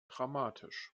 dramatisch